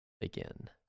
again